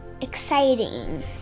exciting